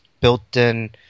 built-in